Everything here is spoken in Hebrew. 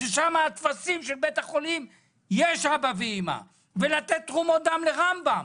ששם בטפסים של בית החולים יש "אבא" ו"אימא"; ולתת תרומות דם לרמב"ם.